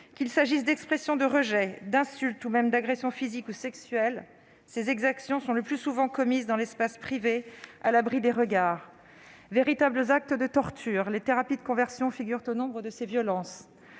Qu'il s'agisse d'expressions de rejet, d'insultes ou même d'agressions physiques ou sexuelles, ces exactions sont le plus souvent commises dans l'espace privé, à l'abri des regards. Véritables actes de torture, les thérapies de conversion figurent au nombre de ces violences.